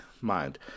mind